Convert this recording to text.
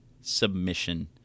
submission